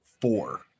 Four